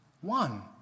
One